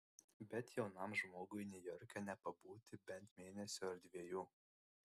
bet jaunam žmogui niujorke nepabūti bent mėnesio ar dviejų